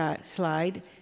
slide